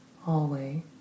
Hallway